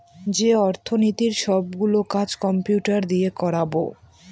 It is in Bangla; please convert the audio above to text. যে অর্থনীতির সব গুলো কাজ কম্পিউটার দিয়ে করাবো